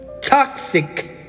toxic